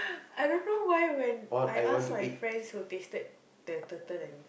I don't know why when I ask my friends who tasted the turtle and